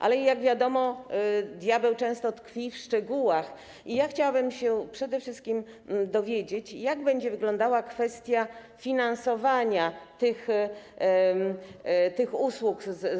Ale jak wiadomo, diabeł często tkwi w szczegółach, i chciałabym się przede wszystkim dowiedzieć, jak będzie wyglądała kwestia finansowania tych usług.